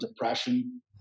depression